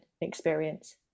experience